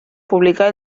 publicar